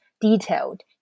detailed